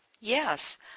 Yes